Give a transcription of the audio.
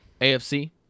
AFC